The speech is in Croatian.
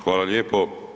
Hvala lijepo.